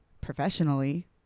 professionally